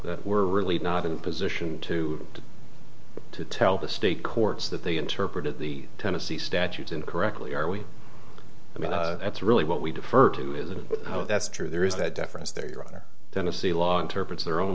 that we're really not in a position to to tell the state courts that they interpreted the tennessee statute incorrectly are we i mean that's really what we defer to is a that's true there is that deference there your honor tennessee law interprets their own